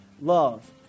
Love